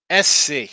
SC